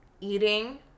eating